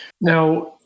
Now